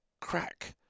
crack